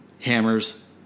hammers